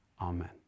Amen